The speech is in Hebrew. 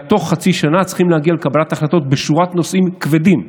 אלא בתוך חצי שנה צריכים להגיע לקבלת החלטות בשורת נושאים כבדים.